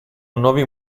nuovi